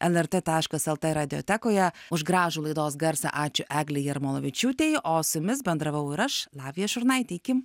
lrt taškas lt radiotekoje už gražų laidos garsą ačiū eglei jarmolavičiūtei o su jumis bendravau ir aš lavija šurnaitė iki